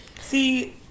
See